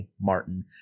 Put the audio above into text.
Martin